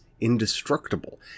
indestructible